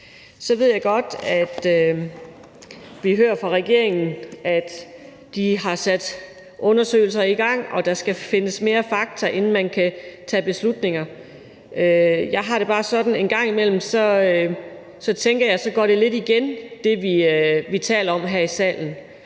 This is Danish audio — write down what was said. Så ved jeg godt, at vi hører fra regeringen, at de har sat undersøgelser i gang, og at der skal findes mere fakta, inden man kan tage beslutninger, men jeg har det bare sådan, at en gang imellem tænker jeg, at det, vi taler om her i salen,